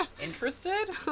interested